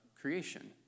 creation